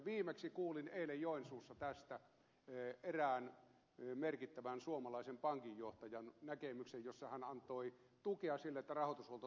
viimeksi kuulin eilen joensuussa tästä erään merkittävän suomalaisen pankinjohtajan näkemyksen jossa hän antoi tukea sille että rahoitushuolto turvataan